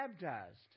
baptized